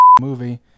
movie